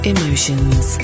Emotions